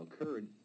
occurred